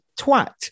Twat